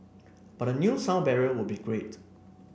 but a new sound barrier would be great